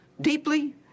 deeply